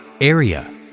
area